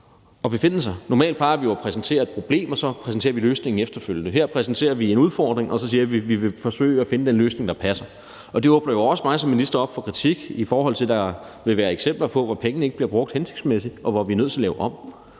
Normalt plejer vi jo at præsentere et problem, og så præsenterer vi løsningen efterfølgende. Her præsenterer vi en udfordring, og så siger vi, at vi vil forsøge at finde den løsning, der passer, og det åbner jo også i forhold til mig som minister op for kritik, i forhold til at der vil være eksempler på, at pengene ikke bliver brugt hensigtsmæssigt, og hvor vi er nødt til at lave det